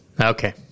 Okay